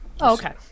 Okay